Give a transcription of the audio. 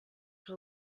que